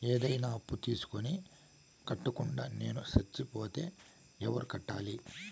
ఏదైనా అప్పు తీసుకొని కట్టకుండా నేను సచ్చిపోతే ఎవరు కట్టాలి?